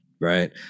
Right